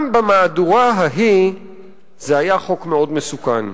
גם במהדורה ההיא זה היה חוק מאוד מסוכן.